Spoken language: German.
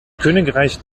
königreich